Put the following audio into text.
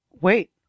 wait